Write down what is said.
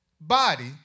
body